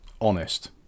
honest